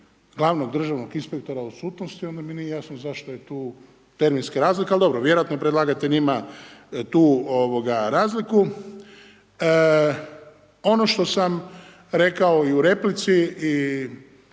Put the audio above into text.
glavnog državnog inspektora u odsutnosti, onda mi nije jasno zašto je tu vremenska razlika ali dobro, vjerojatno predlagatelj ima tu razliku. Ono što sam rekao i u replici